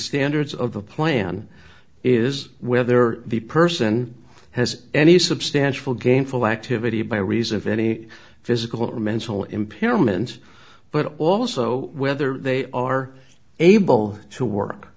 standards of the plan is whether the person has any substantial gainful activity by reason of any physical or mental impairment but also whether they are able to work